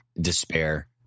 despair